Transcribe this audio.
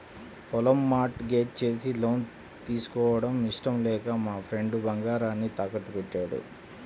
పొలం mortgage చేసి loan తీసుకోవడం ఇష్టం లేక మా ఫ్రెండు బంగారాన్ని తాకట్టుబెట్టాడు